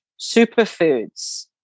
superfoods